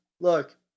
look